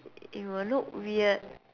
it will look weird